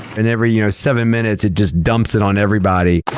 and every you know seven minutes it just dumps it on everybody.